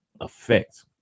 effect